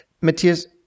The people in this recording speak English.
Matthias